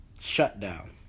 shutdown